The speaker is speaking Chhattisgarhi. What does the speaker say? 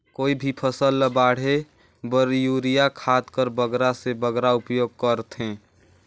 कोई भी फसल ल बाढ़े बर युरिया खाद कर बगरा से बगरा उपयोग कर थें?